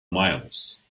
miles